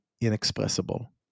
inexpressible